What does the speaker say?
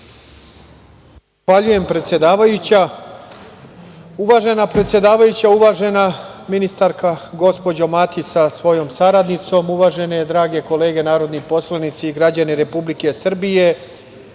predsedavajuća, uvažena ministarka, gospođo Matić sa svojom saradnicom, uvažene drage kolege narodni poslanici i građani Republike Srbije,